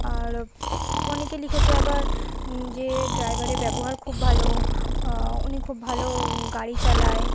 আর অনেকে লিখেছে আবার যে ড্রাইভারে ব্যবহার খুব ভালো উনি খুব ভালো গাড়ি চালায়